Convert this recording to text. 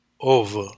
over